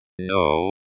No